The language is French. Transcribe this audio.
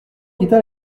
quitta